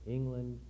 England